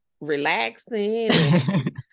relaxing